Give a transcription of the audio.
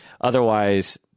Otherwise